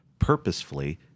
purposefully